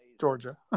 Georgia